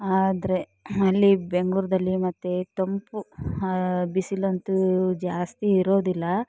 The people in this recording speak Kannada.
ಆದರೆ ಅಲ್ಲಿ ಬೆಂಗಳೂರಲ್ಲಿ ಮತ್ತೆ ತಂಪು ಬಿಸಿಲಂತೂ ಜಾಸ್ತಿ ಇರೋದಿಲ್ಲ